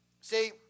See